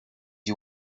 you